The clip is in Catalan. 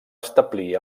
establir